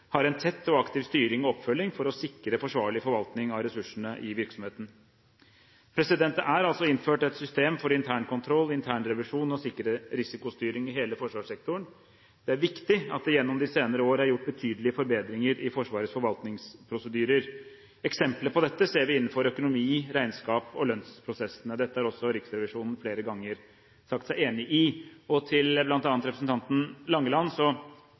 har en tett og aktiv styring og oppfølging for å sikre forsvarlig forvaltning av ressursene i virksomheten. Det er altså innført et system for internkontroll, internrevisjon og sikrere risikostyring i hele forsvarssektoren. Det er viktig at det gjennom de senere år er gjort betydelige forbedringer i Forsvarets forvaltningsprosedyrer. Eksempler på dette ser vi innenfor økonomi, regnskap og lønnsprosessene. Dette har også Riksrevisjonen flere ganger sagt seg enig i. Til bl.a. representantene Langeland og